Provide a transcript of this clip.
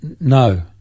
No